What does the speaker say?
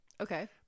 okay